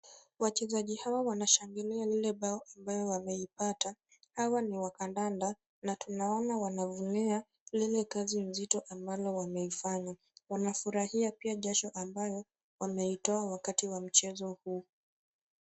Wachezaji hawa wanashangilia lile bao ambao waimepata. Hawa ni wa kandanda na tunaona wamevunia lile kazi nzito ambalo wameifanya wananafurahia pia jasho ambayo wameitoa wakati wa mchezo huu.